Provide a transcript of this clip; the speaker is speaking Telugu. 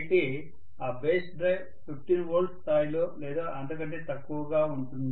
అయితే ఆ బేస్ డ్రైవ్ 15 V స్థాయిలో లేదా అంతకంటే తక్కువగా ఉంటుంది